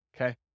okay